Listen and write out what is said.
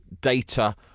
data